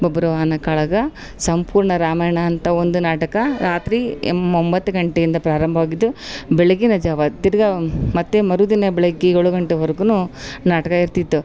ಬಬ್ರುವಾಹನ ಕಾಳಗ ಸಂಪೂರ್ಣ ರಾಮಾಯಣ ಅಂತ ಒಂದು ನಾಟಕ ರಾತ್ರಿ ಎಮ್ ಒಂಬತ್ತು ಗಂಟೆಯಿಂದ ಪ್ರಾರಂಭವಾಗಿದ್ದು ಬೆಳಗಿನ ಜಾವ ತಿರ್ಗಾ ಮತ್ತು ಮರುದಿನ ಬೆಳಗ್ಗೆ ಏಳು ಗಂಟೆವರ್ಗು ನಾಟಕ ಇರ್ತಿತ್ತು